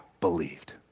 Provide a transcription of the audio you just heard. believed